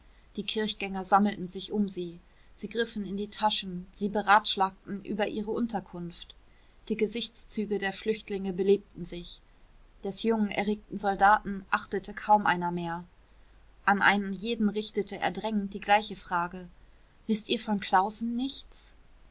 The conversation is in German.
die kirchgänger sammelten sich um sie sie griffen in die taschen sie beratschlagten über ihre unterkunft die gesichtszüge der flüchtlinge belebten sich des jungen erregten soldaten achtete kaum einer mehr an einen jeden richtete er drängend die gleiche frage wißt ihr von klaußen nichts